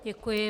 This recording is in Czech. Děkuji.